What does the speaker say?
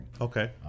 Okay